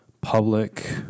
public